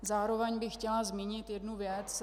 Zároveň bych chtěla zmínit jednu věc.